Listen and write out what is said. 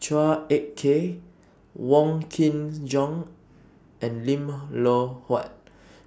Chua Ek Kay Wong Kin Jong and Lim Loh Huat